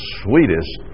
sweetest